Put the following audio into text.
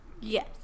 Yes